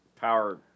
Power